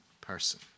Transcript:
person